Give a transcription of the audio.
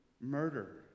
murder